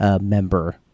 member